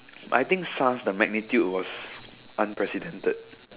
I think S_A_R_S the magnitude was unprecedented